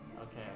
Okay